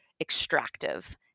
extractive